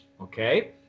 Okay